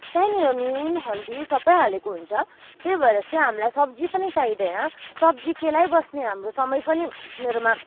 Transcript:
त्यहीँनिर नुन हर्दी सबै हालेको हुन्छ त्यही भएर चाहिँ हामीलाई सब्जी पनि चाहिँदैन सब्जी केलाइबस्ने हाम्रो समय पनि मेरोमा